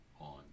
on